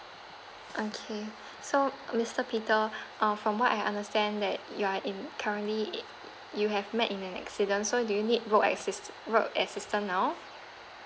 okay so mister peter uh from what I understand that you are in currently you have met in an accident so do you need road assist~ road assistant now